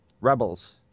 Rebels